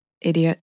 Idiot